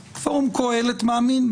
יכתוב חוות דעת אם הוא משוכנע או לא משוכנע